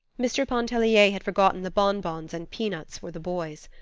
mr. pontellier had forgotten the bonbons and peanuts for the boys.